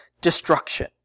destruction